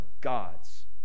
God's